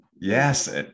Yes